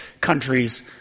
countries